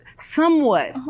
somewhat